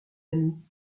ami